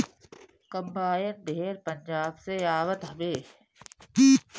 combine ढेर पंजाब से आवत हवे